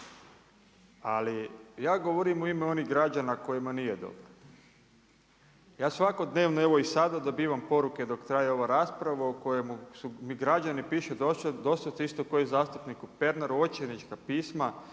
Ali ja govorim u ime onih građana kojima nije dobro. Ja svakodnevno evo i sada dobivam poruke dok traje ova rasprava u kojemu su mi građani pišu doslovce isto ko i zastupniku Pernaru očajnička pisma.